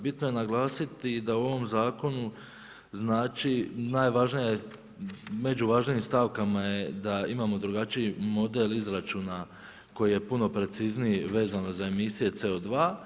Bitno je naglasiti da u ovom zakonu znači najvažnija je, među važnijim stavkama je da imamo drugačiji model izračuna koji je puno precizniji vezano za emisije CO2.